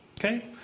Okay